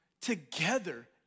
together